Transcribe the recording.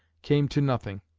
came to nothing.